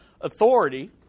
authority